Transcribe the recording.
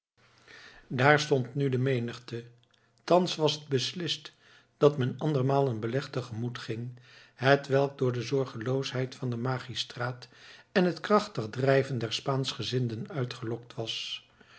daar stond nu de menigte thans was het beslist dat men andermaal een beleg te gemoet ging hetwelk door de zorgeloosheid van den magistraat en het krachtig drijven der spaanschgezinden uitgelokt was